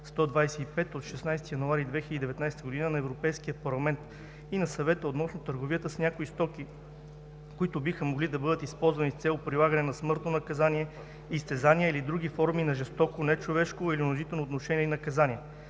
от 16 януари 2019 г. на Европейския парламент и на Съвета относно търговията с някои стоки, които биха могли да бъдат използвани с цел прилагане на смъртно наказание, изтезания или други форми на жестоко, нечовешко или унизително отношение или наказание,